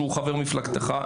שהוא חבר מפלגה,